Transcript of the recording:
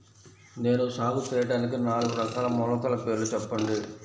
నేను సాగు చేయటానికి నాలుగు రకాల మొలకల పేర్లు చెప్పండి?